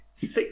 six